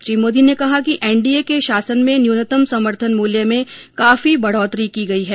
श्री मोदी ने कहा कि एनडीए के शासन में न्यूनतम समर्थन मूल्य में काफी बढोतरी की गई है